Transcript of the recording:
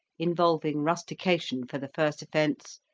involving rustication for the first offence,